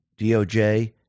doj